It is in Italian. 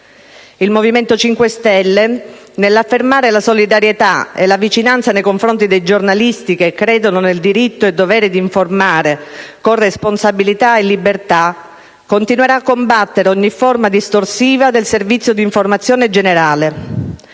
Il Movimento 5 Stelle, nell'affermare la solidarietà e la vicinanza nei confronti dei giornalisti che credono nel diritto e dovere di informare con responsabilità e libertà, continuerà a combattere ogni forma distorsiva del servizio di informazione generale.